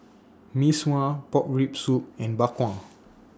Mee Sua Pork Rib Soup and Bak Kwa